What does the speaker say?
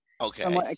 okay